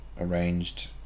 arranged